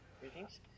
greetings